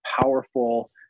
powerful